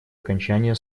окончание